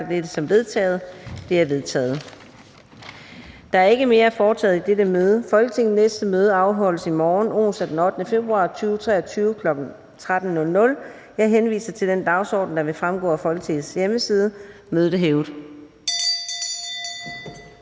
Fjerde næstformand (Karina Adsbøl): Der er ikke mere at foretage i dette møde. Folketingets næste møde afholdes i morgen, onsdag den 8. februar 2023, kl. 13.00. Jeg henviser til den dagsorden, der vil fremgå af Folketingets hjemmeside. Mødet er hævet.